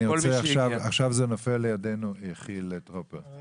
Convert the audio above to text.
עכשיו זה עובר לידינו, חילי טרופר.